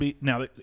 now